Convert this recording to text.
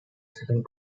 second